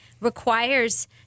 requires